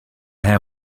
have